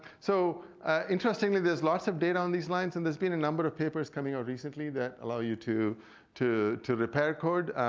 so interestingly, there's lots of data on these lines and there's been a number of papers coming out recently that allow you to to repair code.